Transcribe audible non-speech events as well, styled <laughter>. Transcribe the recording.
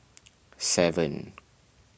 <noise> seven